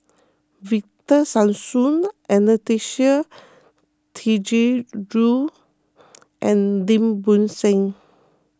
Victor Sassoon Anastasia Tjendri Liew and Lim Bo Seng